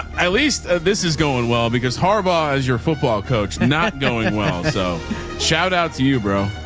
at least this is going well because harbach is your football coach not going well. so shout out to you, bro.